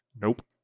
Nope